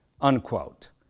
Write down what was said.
unquote